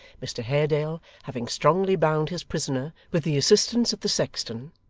mr haredale, having strongly bound his prisoner, with the assistance of the sexton,